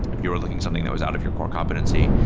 if you're looking something that was out of your core competency,